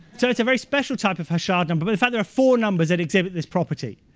so it's a very special type of harshad number, but in fact there are four numbers that exhibit this property.